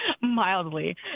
mildly